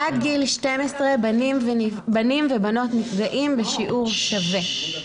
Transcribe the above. עד גיל 12 בנים ובנות נפגעים בשיעור שווה.